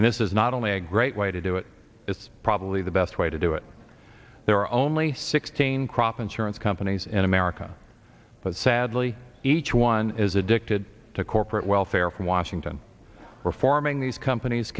and this is not only a great way to do it it's probably the best way to do it there are only sixteen crop insurance companies in america but sadly each one is addicted to corporate welfare from washington reforming these companies